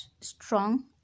strong